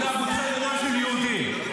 התנהגותכם אינה של יהודים.